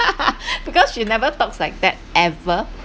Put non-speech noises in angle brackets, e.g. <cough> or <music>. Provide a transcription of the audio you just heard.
<laughs> because she never talks like that ever